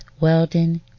Weldon